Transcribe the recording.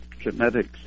genetics